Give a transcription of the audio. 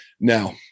Now